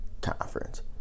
conference